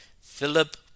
Philip